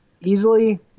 easily